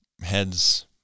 heads